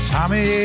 Tommy